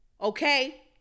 okay